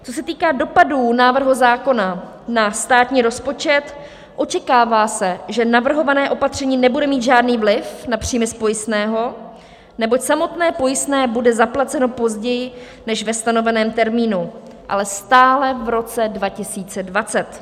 Co se týká dopadů návrhu zákona na státní rozpočet, očekává se, že navrhované opatření nebude mít žádný vliv na příjmy z pojistného, neboť samotné pojistné bude zaplaceno později než ve stanoveném termínu, ale stále v roce 2020.